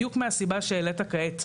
בדיוק מהסיבה שהעלית כעת.